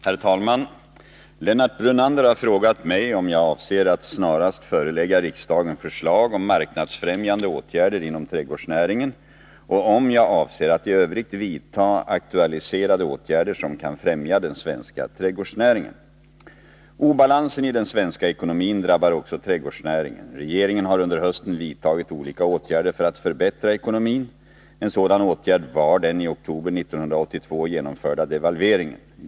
Herr talman! Lennart Brunander har frågat mig om jag avser att snarast förelägga riksdagen förslag om marknadsfrämjande åtgärder inom trädgårdsnäringen och om jag avser att i övrigt vidta aktualiserade åtgärder som kan främja den svenska trädgårdsnäringen. Obalansen i den svenska ekonomin drabbar också trädgårdsnäringen. Regeringen har under hösten vidtagit olika åtgärder för att förbättra ekonomin. En sådan åtgärd var den i oktober 1982 genomförda devalveringen.